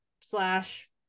slash